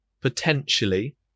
potentially